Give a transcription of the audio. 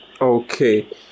Okay